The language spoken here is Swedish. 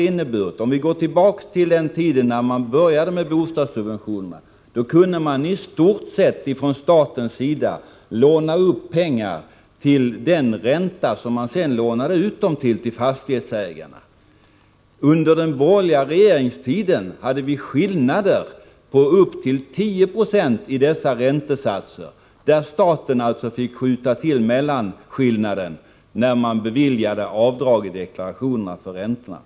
Vid den tiden då man började med bostadssubventionerna kunde man från statens sida låna upp pengar till i stort sett den ränta som man sedan till fastighetsägarna lånade ut dem till. Under den borgerliga regeringstiden hade vi skillnader på upp till 10 26 i dessa räntesatser. Staten fick alltså skjuta till mellanskillnaden, när man beviljade avdrag i deklarationerna för räntorna.